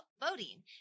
voting